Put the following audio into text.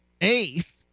eighth